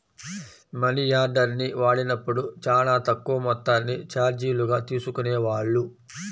మనియార్డర్ని వాడినప్పుడు చానా తక్కువ మొత్తాన్ని చార్జీలుగా తీసుకునేవాళ్ళు